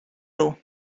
nhw